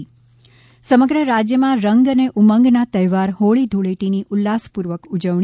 ે સમગ્ર રાજયમાં રંગ અને ઉમંગના તહેવાર હોળી ધુળેટીની ઉલ્લાસપૂર્વક ઉજવણી